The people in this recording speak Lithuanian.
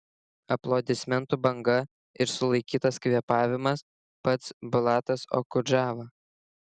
aplodismentų banga ir sulaikytas kvėpavimas pats bulatas okudžava